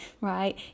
right